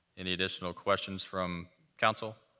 any additional questions from council?